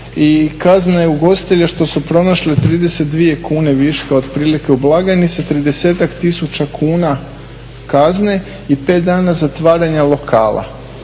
i kaznila je ugostitelja što su pronašli 32 kune viška, otprilike u blagajni sa 30-ak tisuća kuna kazne i 5 dana zatvaranja lokala.